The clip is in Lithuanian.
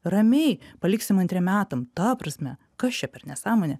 ramiai paliksim antriem metam ta prasme kas čia per nesąmonė